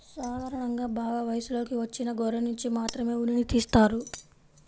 సాధారణంగా బాగా వయసులోకి వచ్చిన గొర్రెనుంచి మాత్రమే ఉన్నిని తీస్తారు